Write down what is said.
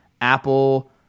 apple